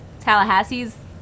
Tallahassee's